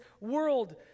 world